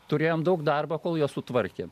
turėjome daug darbo kol juos sutvarkėm